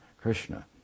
Krishna